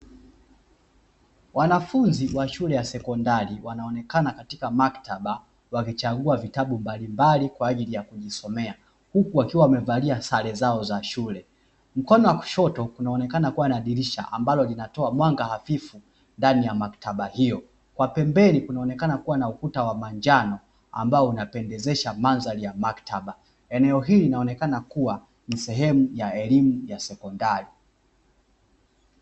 Wanafunzi wa shule ya sekondari wanaonekana katika maktaba wakichagua vitabu mbalimbali kwa ajili ya kujisomea, huku wakiwa wamevalia sare zao za shule. Mkono wa kushoto unaonekana kuwa na dirisha ambalo linatoa mwanga hafifu ndani ya maktaba hiyo, kwa pembeni kunaonekana kuwa na ukuta wa manjano ambao unapendezesha mandhari ya maktaba. Eneo hili linaonekana kuwa ni sehemu ya elimu ya sekondari.